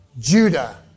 Judah